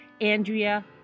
Andrea